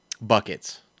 Buckets